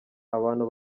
abantu